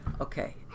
okay